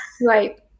Right